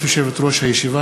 ברשות יושבת-ראש הישיבה,